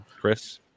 Chris